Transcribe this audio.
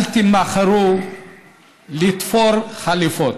אל תמהרו לתפור חליפות.